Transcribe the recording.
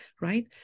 right